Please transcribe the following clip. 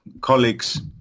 colleagues